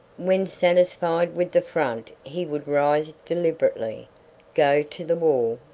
when satisfied with the front he would rise deliberately go to the wall,